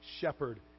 shepherd